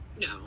no